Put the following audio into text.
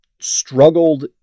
struggled